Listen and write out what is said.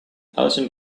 alison